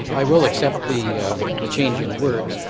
i will accept the the change in words.